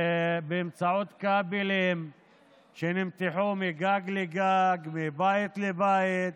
באמצעות כבלים שנמתחו מגג לגג, מבית לבית,